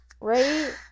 right